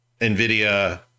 NVIDIA